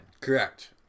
Correct